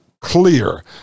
clear